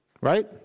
right